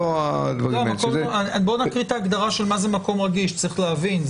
בואו נקריא את ההגדרה של מה זה מקום רגיש כי צריך להבין.